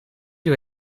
doe